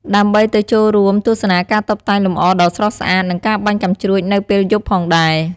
ដើម្បីទៅចូលរួមទស្សនាការតុបតែងលម្អដ៏ស្រស់ស្អាត និងការបាញ់កាំជ្រួចនៅពេលយប់ផងដែរ។